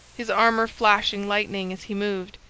his armor flashing lightning as he moved.